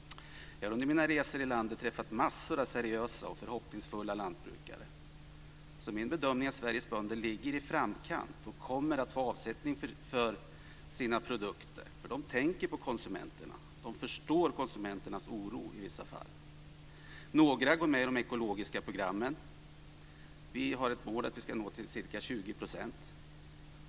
Jag har under mina resor i landet träffat mängder av seriösa och förhoppningsfulla lantbrukare, så min bedömning är att Sveriges bönder ligger i framkant och kommer att få avsättning för sina produkter, eftersom de tänker på konsumenterna. De förstår konsumenternas oro i vissa fall. Några går med i de ekologiska programmen. Vi har ett mål att de ska nå ca 20 %.